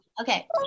Okay